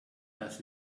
das